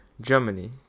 Germany